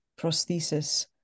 prosthesis